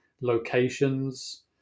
locations